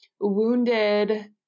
wounded